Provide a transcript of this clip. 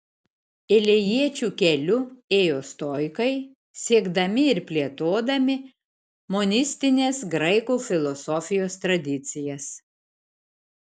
elėjiečių keliu ėjo stoikai siedami ir plėtodami monistinės graikų filosofijos tradicijas